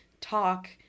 talk